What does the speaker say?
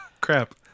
Crap